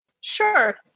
Sure